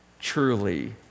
truly